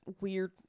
weird